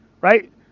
right